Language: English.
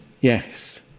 yes